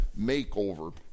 makeover